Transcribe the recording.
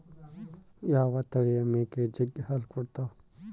ಯಾವ ತಳಿಯ ಮೇಕೆ ಜಗ್ಗಿ ಹಾಲು ಕೊಡ್ತಾವ?